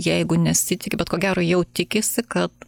jeigu nesitiki bet ko gero jau tikisi kad